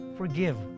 forgive